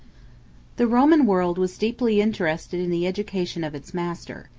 the roman world was deeply interested in the education of its master.